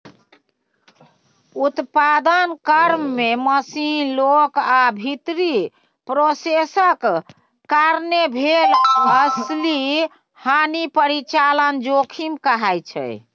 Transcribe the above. उत्पादन क्रम मे मशीन, लोक आ भीतरी प्रोसेसक कारणेँ भेल असली हानि परिचालन जोखिम कहाइ छै